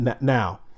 Now